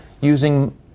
using